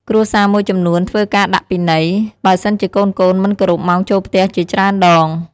គ្រួសារមួយចំនួនធ្វើ “ការដាក់ពិន័យ” បើសិនជាកូនៗមិនគោរពម៉ោងចូលផ្ទះជាច្រើនដង។